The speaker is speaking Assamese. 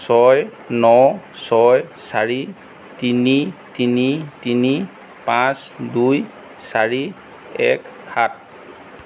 ছয় ন ছয় চাৰি তিনি তিনি তিনি পাঁচ দুই চাৰি এক সাত